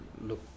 look